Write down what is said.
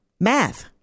math